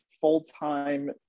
full-time